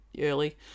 early